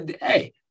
hey